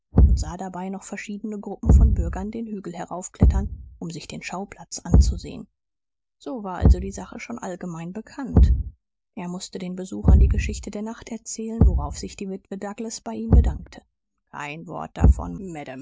und sah dabei noch verschiedene gruppen von bürgern den hügel heraufklettern um sich den schauplatz anzusehen so war also die sache schon allgemein bekannt er mußte den besuchern die geschichte der nacht erzählen worauf sich die witwe douglas bei ihm bedankte kein wort davon